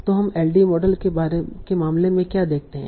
तो हम LDA model के मामले में क्या देखते हैं